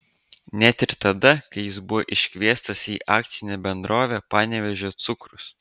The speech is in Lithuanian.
net ir tada kai jis buvo iškviestas į akcinę bendrovę panevėžio cukrus